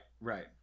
right